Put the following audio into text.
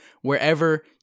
wherever